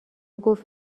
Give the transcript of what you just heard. گفت